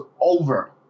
over